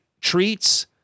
treats